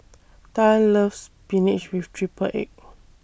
Tal loves Spinach with Triple Egg